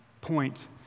point